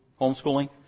homeschooling